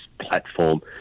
platform